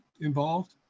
involved